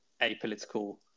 apolitical